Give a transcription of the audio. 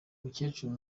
mukecuru